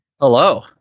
Hello